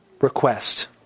request